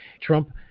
Trump